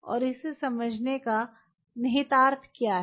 और इसे समझने का निहितार्थ क्या है